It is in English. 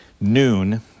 noon